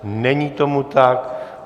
Není tomu tak.